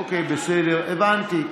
אוקיי, בסדר, הבנתי.